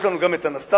יש לנו גם את אנסטסיה,